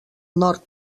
nord